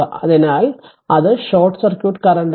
അതിനാൽ അത് r short circuit കറന്റാണ്